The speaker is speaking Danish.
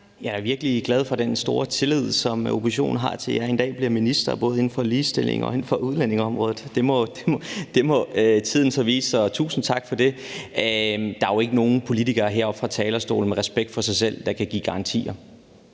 Jeg er virkelig glad for den store tillid, som oppositionen har til, at jeg en dag bliver minister, både inden for ligestilling og inden for udlændingeområdet. Det må tiden så vise, og tusind tak for det. Der er jo ikke nogen politiker med respekt for sig selv, der heroppe fra